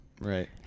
Right